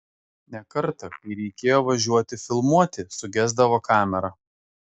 ne kartą kai reikėjo važiuoti filmuoti sugesdavo kamera